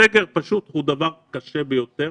הסגר האו דבר קשה ביותר,